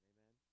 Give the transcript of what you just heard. Amen